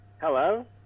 Hello